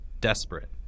desperate